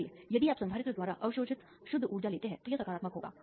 इसलिए यदि आप संधारित्र द्वारा अवशोषित शुद्ध ऊर्जा लेते हैं तो यह सकारात्मक होगा